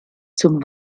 zum